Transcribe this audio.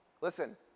Listen